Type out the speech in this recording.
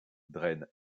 draine